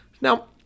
Now